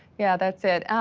yeah, that's it,